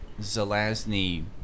Zelazny